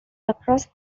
across